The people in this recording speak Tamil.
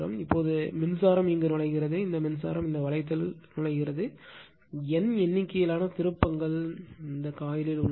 இப்போது மின்சாரம் நுழைகிறது இந்த மின்சாரம் இந்த வளையத்திற்குள் நுழைகிறது N எண்ணிக்கையிலான திருப்பங்கள் உள்ளன